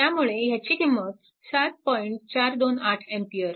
त्यामुळे ह्याची किंमत 7